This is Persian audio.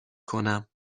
کنم